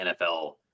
NFL